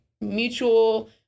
mutual